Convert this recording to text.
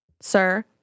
Sir